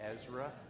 Ezra